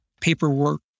paperwork